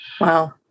Wow